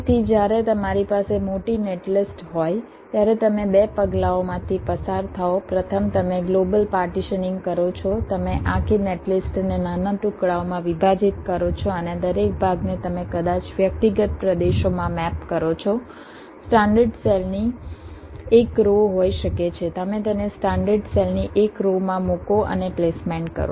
તેથી જ્યારે તમારી પાસે મોટી નેટલિસ્ટ હોય ત્યારે તમે 2 પગલાંઓમાંથી પસાર થાઓ પ્રથમ તમે ગ્લોબલ પાર્ટીશનીંગ કરો છો તમે આખી નેટલિસ્ટને નાના ટુકડાઓમાં વિભાજિત કરો છો અને દરેક ભાગને તમે કદાચ વ્યક્તિગત પ્રદેશોમાં મેપ કરો છો સ્ટાન્ડર્ડ સેલની એક રો હોઈ શકે છે તમે તેને સ્ટાન્ડર્ડ સેલની એક રો માં મૂકો અને પ્લેસમેન્ટ કરો